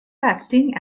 acting